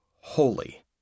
holy